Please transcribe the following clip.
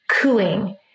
cooing